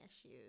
issues